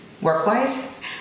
work-wise